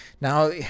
now